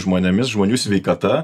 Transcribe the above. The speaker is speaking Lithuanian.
žmonėmis žmonių sveikata